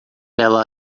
ela